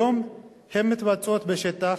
היום הן מתבצעות בשטח.